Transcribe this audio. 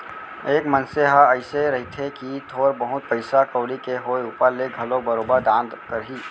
एक मनसे ह अइसे रहिथे कि थोर बहुत पइसा कउड़ी के होय ऊपर ले घलोक बरोबर दान करही